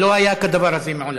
לא היה כדבר הזה מעולם.